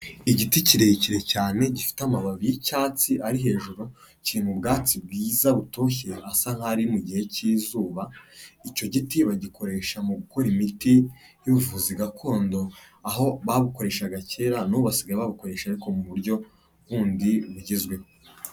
Igiti kirekire cyane gifite amababi y'icyatsi ari hejuru, kiri mu bwacu bwiza butoshye, asa nkaho ari mu gihe cy'izuba, icyo giti bagikoresha mu gukora imiti y'ubuvuzi gakondo aho babukoreshaga kera, n'ubu basigage babukoreshe ariko mu buryo bundi bugezweho.